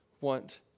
want